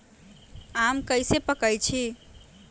आम कईसे पकईछी?